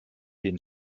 den